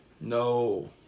No